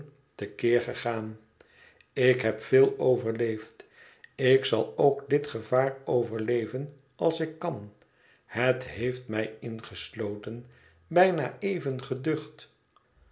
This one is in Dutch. keer gegaan ik heb veel overleefd ik zal ook dit gevaar overleven als ik kan het heeft mij ingesloten bijna even geducht